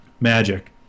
Magic